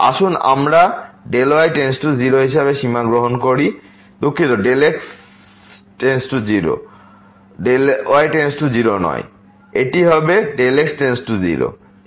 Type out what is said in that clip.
আসুন আমরা y → 0 হিসাবে সীমা গ্রহণ করি দুখিত x → 0 নয় y → 0 এটি x → 0 হবে